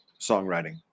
songwriting